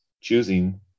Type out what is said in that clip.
choosing